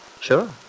Sure